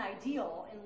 ideal